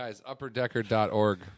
upperdecker.org